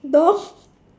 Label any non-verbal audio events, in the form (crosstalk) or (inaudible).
dog (breath)